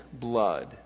blood